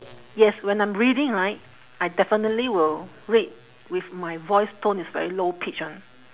yes when I'm reading right I definitely will read with my voice tone it's very low pitch [one]